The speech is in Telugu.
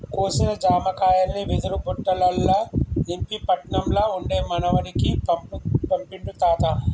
కోసిన జామకాయల్ని వెదురు బుట్టలల్ల నింపి పట్నం ల ఉండే మనవనికి పంపిండు తాత